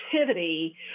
activity